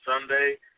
Sunday